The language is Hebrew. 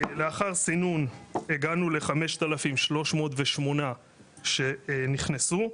לאחר סינון הגענו לכ-5,308 אנשים שנכנסו,